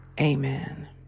Amen